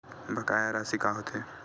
बकाया राशि का होथे?